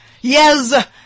yes